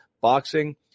boxing